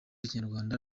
kinyarwanda